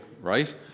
right